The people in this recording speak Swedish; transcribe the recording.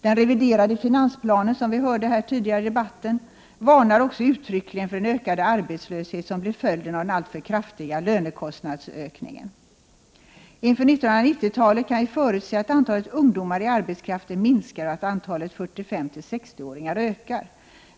Den reviderade finansplanen varnar också uttryckligen för den ökade arbetslöshet som blir följden av den alltför kraftiga lönekostnadsökningen. Inför 1990-talet kan vi förutse att antalet ungdomar i arbetskraften minskar och att antalet 45—60-åringar ökar.